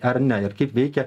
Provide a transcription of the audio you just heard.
ar ne ir kaip veikia